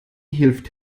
hilft